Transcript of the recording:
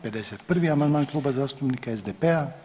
51. amandman Klub zastupnika SDP-a.